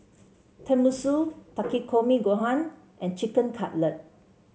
Tenmusu Takikomi Gohan and Chicken Cutlet